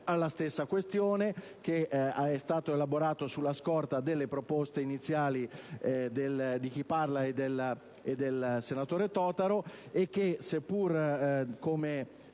alla stessa questione ed è stato elaborato sulla scorta delle proposte iniziali di chi parla e del senatore Totaro. Seppur con